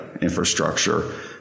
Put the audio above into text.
infrastructure